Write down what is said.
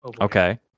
okay